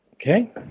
Okay